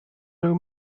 nhw